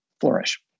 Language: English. flourish